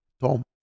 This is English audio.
Tom